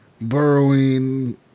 burrowing